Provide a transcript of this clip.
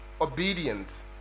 obedience